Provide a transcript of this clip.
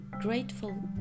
grateful